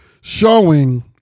showing